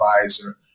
advisor